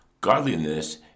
Godliness